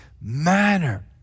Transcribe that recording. manner